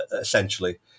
essentially